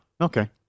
Okay